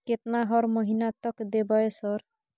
केतना हर महीना तक देबय सर?